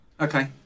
Okay